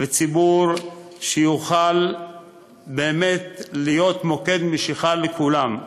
ציבור שיוכל באמת להיות מוקד משיכה לכולם.